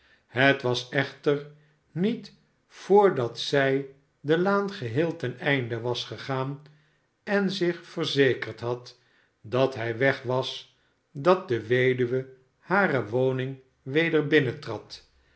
het was echter niet voordat zij de laan geheel ten einde was gegaan en zich verzekerd had dat hij weg was dat de weduwe hare woning weder